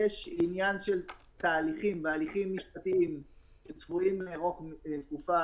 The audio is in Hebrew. יש עניין של תהליכים בהליכים משפטיים שצפויים לארוך תקופה